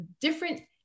different